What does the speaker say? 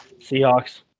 Seahawks